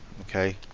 Okay